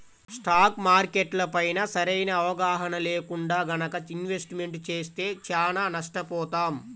stock మార్కెట్లపైన సరైన అవగాహన లేకుండా గనక ఇన్వెస్ట్మెంట్ చేస్తే చానా నష్టపోతాం